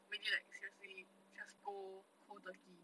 really like just leave it just go cold turkey